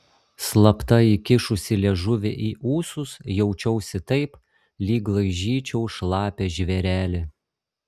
slapta įkišusi liežuvį į ūsus jaučiausi taip lyg laižyčiau šlapią žvėrelį